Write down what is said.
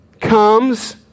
comes